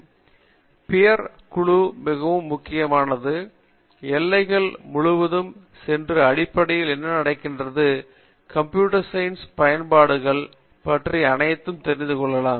எனவே பிஆர் குழு மிகவும் முக்கியமானது எல்லைகள் முழுவதும் சென்று அடிப்படையில் என்ன நடக்கிறது கம்ப்யூட்டர் சயின்ஸ் பயன்பாடுகள் பற்றி அனைத்து தெரிந்து கொள்ளலாம்